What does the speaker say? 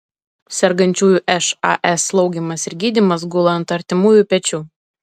sergančiųjų šas slaugymas ir gydymas gula ant artimųjų pečių